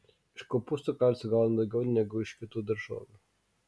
iš kopūstų kalcio gauname daugiau negu iš kitų daržovių